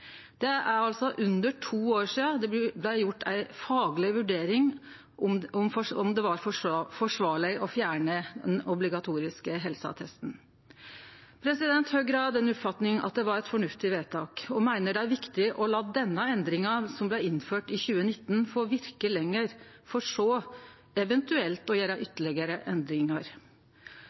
Det er altså under to år sidan det blei gjort ei fagleg vurdering av om det var forsvarleg å fjerne den obligatoriske helseattesten. Høgre er av den oppfatninga at det var eit fornuftig vedtak, og meiner det er viktig å la denne endringa, som blei innført i 2019, få verke lenger, for så eventuelt å gjere ytterlegare endringar.